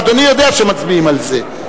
אדוני יודע שמצביעים על זה.